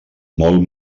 molt